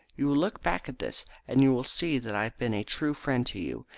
you will look back at this, and you will see that i have been a true friend to you,